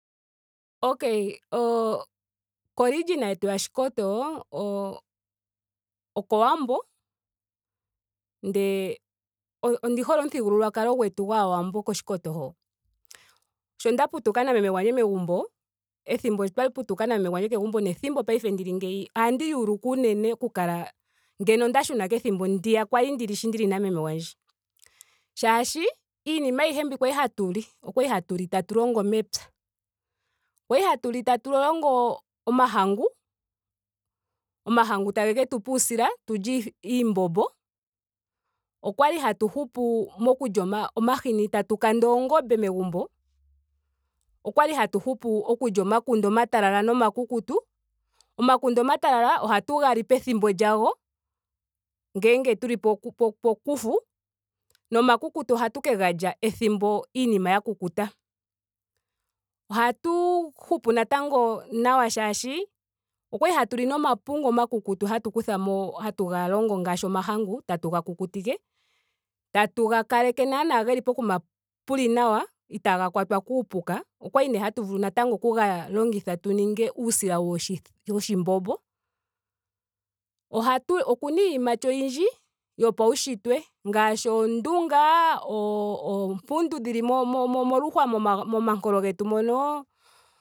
Okay oo ko region yetu ya oshikoto o- okowambo. ndele ondi hole omuthigululwakalo gwetu gwaawambo koshikoto ho. Sho nda putuka na meme gwandje megumbo. ethimbo twa putuka na meme gwandje kegumbo nethimbo paife ndili ngeyi ohandi yuulukwa unene ngeno oku kala nda shuna kethimbo ndiya sho kwali ndishi sho ndili na meme gwandje. Shaashi iinima ayohe kwali hatu li. okwali hatu li tatu longo mepya. Okwali hatu li tatu longo o mahangu. o mahangu taga ke tu pa uusila tulye iithi iimbombo. Okwali hatu hupu okulya omahini. tatu kanda oongombe megumbo. okwali hatu hupu okulya omakunde omatalala nomakukutu. Omakunde omatalala ohatu ga li pethimbo lyago. ngele tuli tuli pokufu. nomakukutu ohatu ge lya ethimbo iinima ya kukuta. Ohatu hupu natango nawa shaashi okwali hatu li nomapungu omakukuta hatu kutha mo- hatu kutha ga longo ngaashi o mahangu etatu ga kukutike. tatu ga kaleke naana geli pokuma puli nawa. itaaga kwatwa kuupuka. okwali nee natango hatu vulu oku ga longitha tu ninge uusila woshithi woshimbombo. Otatu okuna iiyimati oyindji yopaunshitwe ngaashi oondunga. oompundi dhili mo- mo- moluhwa moma momankolo getu mono